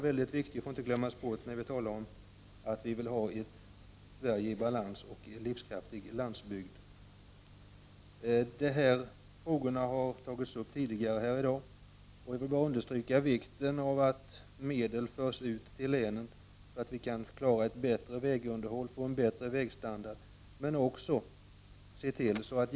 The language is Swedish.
När man talar om att vi vill ha ett Sverige i balans och en livskraftig landsbygd får man inte glömma bort kommunikationssidan. Detta har tidigare diskuterats här i dag, men jag vill understryka vikten av att medel förs ut till länen så att vägstandarden och vägunderhållet kan bli bättre.